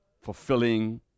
fulfilling